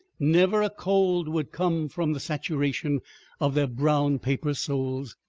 never a cold would come from the saturation of their brown paper soles,